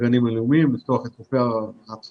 הגנים הלאומיים; לפתוח את חופי הרחצה;